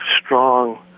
strong